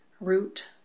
root